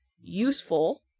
useful